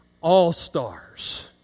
All-Stars